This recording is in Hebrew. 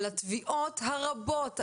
על התביעות הרבות,